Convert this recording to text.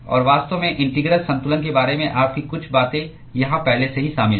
और वास्तव में इंटीग्रल संतुलन के बारे में आपकी कुछ बातें यहां पहले से ही शामिल हैं